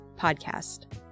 podcast